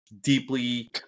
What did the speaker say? deeply